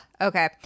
Okay